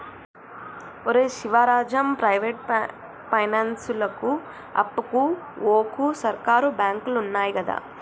ఒరే శివరాజం, ప్రైవేటు పైనాన్సులకు అప్పుకు వోకు, సర్కారు బాంకులున్నయ్ గదా